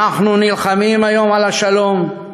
"אנחנו נלחמים היום על השלום,